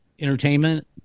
entertainment